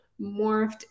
morphed